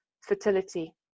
fertility